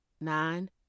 Nine